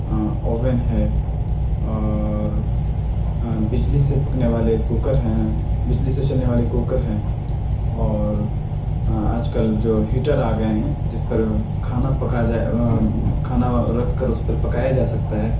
oven ہے اور بجلی سے پکنے والے کوکر ہیں بجلی سے چلنے والے کوکر ہیں اور آج کل جو ہیٹر آ گئے ہیں جس پر کھانا پکایا کھانا رکھ کر اس پر پکایا جا سکتا ہے